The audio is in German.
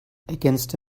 ergänzte